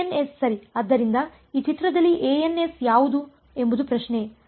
ans ಸರಿ ಆದ್ದರಿಂದ ಈ ಚಿತ್ರದಲ್ಲಿ ans ಯಾವುದು ಎಂಬುದು ಪ್ರಶ್ನೆ